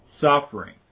suffering